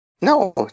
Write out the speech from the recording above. No